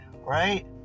right